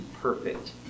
perfect